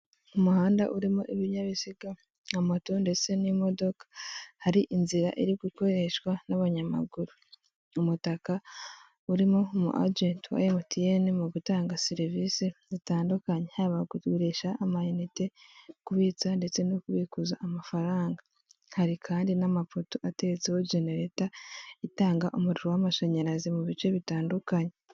Umuhanda urimo ibinyabiziga ama moto ndetse n'imodoka hari inzira iri gukoreshwa n'abanyamaguru .Umutaka urimo mo umwagenti wa emutiyeni ( MTN)mu gutanga serivisi zitandukanye haba kugurisha amayinite, kubitsa ndetse no kubikuza amafaranga hari kandi n'amapoto ateretseho genereta itanga umuriro w'amashanyarazi mu bice bitandukanye.